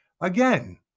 again